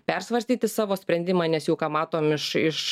persvarstyti savo sprendimą nes jau ką matom iš iš